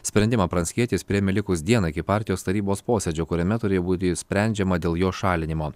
sprendimą pranckietis priėmė likus dienai iki partijos tarybos posėdžio kuriame turėjo būti sprendžiama dėl jo šalinimo